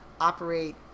operate